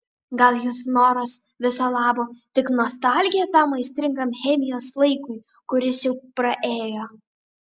gal jūsų noras viso labo tik nostalgija tam aistringam chemijos laikui kuris jau praėjo